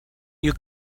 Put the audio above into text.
you